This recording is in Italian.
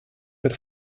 per